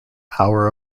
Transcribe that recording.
hour